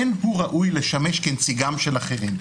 אין הוא ראוי לשמש כנציגם של אחרים.